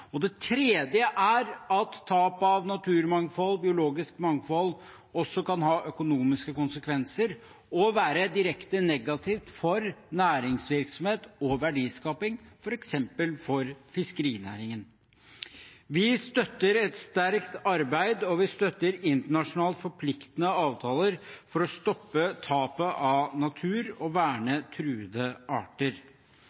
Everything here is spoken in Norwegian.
Det tredje er at tap av naturmangfold, biologisk mangfold, også kan ha økonomiske konsekvenser og være direkte negativt for næringsvirksomhet og verdiskaping, f.eks. for fiskerinæringen. Vi støtter et sterkt arbeid, og vi støtter internasjonalt forpliktende avtaler for å stoppe tapet av natur og å verne